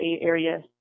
area